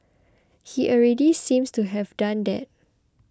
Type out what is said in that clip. he already seems to have done that